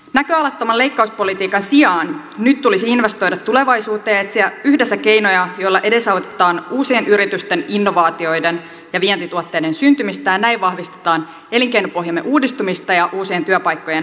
näköalattoman leikkauspolitiikan sijaan nyt tulisi investoida tulevaisuuteen ja etsiä yhdessä keinoja joilla edesautetaan uusien yritysten innovaatioiden ja vientituotteiden syntymistä ja näin vahvistetaan elinkeinopohjamme uudistumista ja uusien työpaikkojen syntymistä